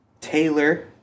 Taylor